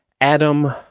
Adam